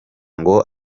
ngo